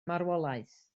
marwolaeth